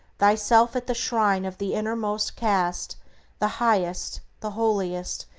thyself at the shrine of the innermost cast the highest, the holiest,